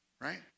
right